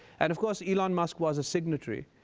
and of course elon musk was a signatory.